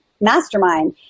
mastermind